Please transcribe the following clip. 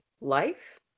life